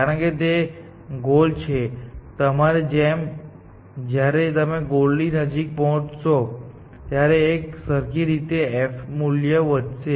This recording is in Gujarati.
કારણ કે તે ગોલ છે તમારી જેમ જ્યારે તમે ગોલની નજીક પહોંચશો ત્યારે એક સરખી રીતે f મૂલ્ય વધશે